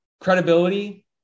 credibility